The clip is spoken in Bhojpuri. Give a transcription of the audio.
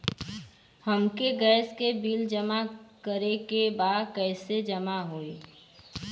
हमके गैस के बिल जमा करे के बा कैसे जमा होई?